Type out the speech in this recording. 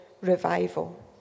revival